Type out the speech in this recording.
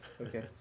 okay